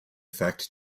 effect